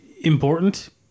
important